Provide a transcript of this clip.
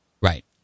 Right